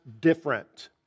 different